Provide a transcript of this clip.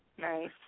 nice